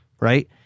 right